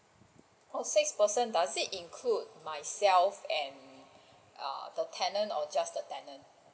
oh six person does it include myself and err the tenant or just the tenant